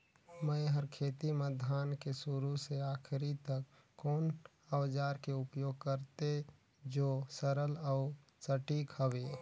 मै हर खेती म धान के शुरू से आखिरी तक कोन औजार के उपयोग करते जो सरल अउ सटीक हवे?